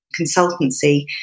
consultancy